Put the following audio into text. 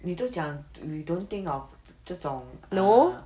你都讲 we don't think of 这种 err